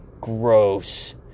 gross